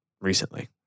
recently